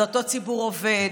זה אותו ציבור עובד,